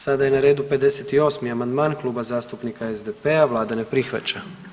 Sada je na redu 58. amandman Kluba zastupnika SDP-a, Vlada ne prihvaća.